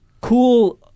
cool